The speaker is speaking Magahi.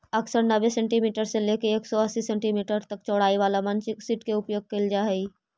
अक्सर नब्बे सेंटीमीटर से लेके एक सौ अस्सी सेंटीमीटर तक चौड़ाई वाला मल्चिंग सीट के ही प्रयोग कैल जा हई